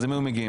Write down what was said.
הם היו מגיעים.